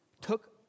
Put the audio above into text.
took